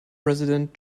resident